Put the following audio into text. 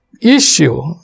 issue